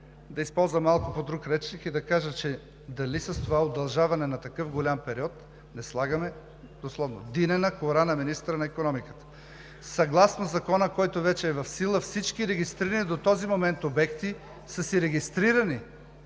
да използвам малко пó друг речник и да кажа, че дали с това удължаване на такъв голям период не слагаме – дословно – динена кора на министъра на икономиката? Съгласно Закона, който вече е в сила, всички регистрирани до този момент обекти са си регистрирани.